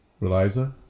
Eliza